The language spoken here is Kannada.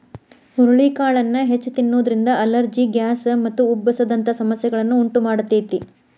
ಹುರಳಿಕಾಳನ್ನ ಹೆಚ್ಚ್ ತಿನ್ನೋದ್ರಿಂದ ಅಲರ್ಜಿ, ಗ್ಯಾಸ್ ಮತ್ತು ಉಬ್ಬಸ ದಂತ ಸಮಸ್ಯೆಗಳನ್ನ ಉಂಟಮಾಡ್ತೇತಿ